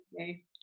Okay